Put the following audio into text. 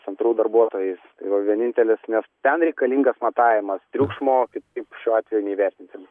centrų darbuotojais tai va vienintelis nes ten reikalingas matavimas triukšmo kitaip šiuo atveju neįvertinsim